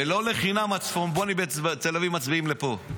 ולא לחינם הצפונבונים בתל אביב מצביעים לפה,